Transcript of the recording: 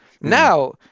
Now